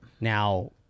Now